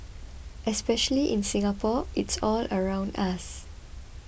especially in Singapore it's all around us